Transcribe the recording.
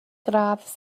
gradd